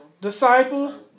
disciples